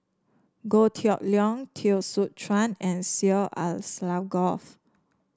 Goh Kheng Long Teo Soon Chuan and Syed Alsagoff